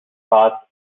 paths